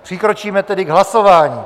Přikročíme tedy k hlasování.